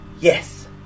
Yes